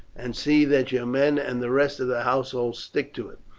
and see that your men and the rest of the household stick to it.